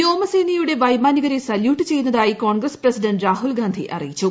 വ്യോമസേനയുടെ വൈമാനികരെ സല്യൂട്ട് ചെയ്യുന്നതായി കോൺഗ്രസ് പ്രസിഡന്റ് രാഹുൽഗാന്ധി അറിയിച്ചു